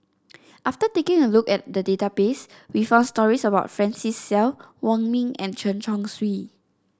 after taking a look at the database we found stories about Francis Seow Wong Ming and Chen Chong Swee